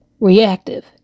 reactive